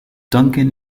duncan